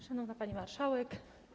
Szanowna Pani Marszałek!